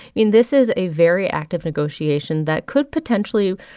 mean, this is a very active negotiation that could potentially,